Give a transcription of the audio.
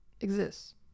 exists